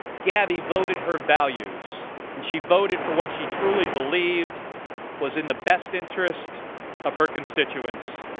gabby voted her values and she voted for what she truly believed was in the best interest of her constituents,